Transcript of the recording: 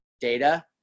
data